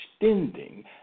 extending